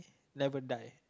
never die